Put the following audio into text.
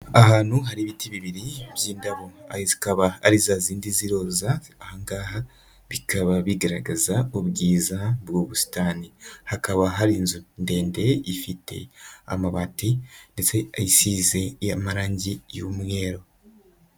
Ahantu hari ibiti bibiri by'indabo, zikaba ari za zindi z'iroza, aha ngaha bikaba bigaragaza ubwiza bw'ubu busitani. Hakaba hari inzu ndende ifite amabati ndetse isize amarangi y'umweru.